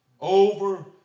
Over